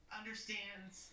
understands